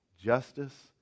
Justice